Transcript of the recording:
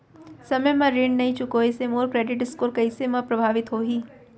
समय म ऋण नई चुकोय से मोर क्रेडिट स्कोर कइसे म प्रभावित होही?